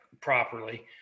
properly